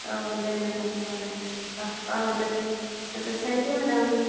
औ दे मेडाम होमब्लालाय अ दे आस्सा थेंक इउ मेडाम